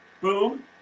Boom